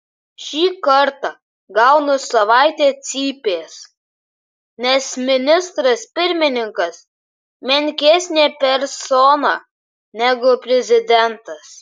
šį kartą gaunu savaitę cypės nes ministras pirmininkas menkesnė persona negu prezidentas